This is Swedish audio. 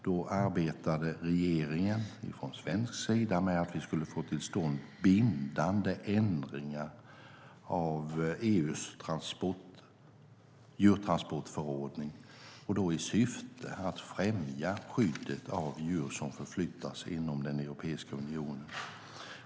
Då arbetade regeringen från svensk sida med att vi skulle få till stånd bindande ändringar av EU:s djurtransportförordning i syfte att främja skyddet av djur som förflyttas inom Europeiska unionen.